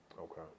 Okay